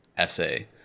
essay